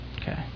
Okay